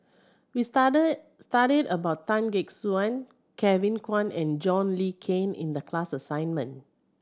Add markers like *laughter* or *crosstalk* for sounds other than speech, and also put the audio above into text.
we *unintelligible* studied about Tan Gek Suan Kevin Kwan and John Le Cain in the class assignment